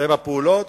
ומתאם הפעולות.